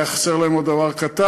היה חסר להם עוד דבר קטן.